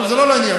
אבל זה לא לעניין.